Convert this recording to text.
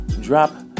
drop